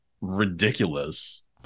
ridiculous